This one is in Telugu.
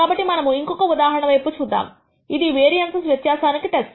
కాబట్టి మనము ఇంకొక ఒక ఉదాహరణ వైపు చూద్దాము ఇది ఇది వేరియన్సస్ వ్యత్యాసానికి టెస్ట్